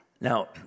Now